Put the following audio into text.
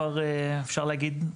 אפשר להגיד,